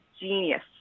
genius